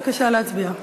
בבקשה להצביע.